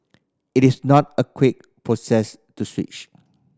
it is not a quick process to switch